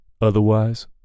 Otherwise